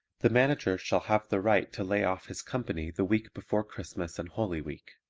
the manager shall have the right to lay off his company the week before christmas and holy week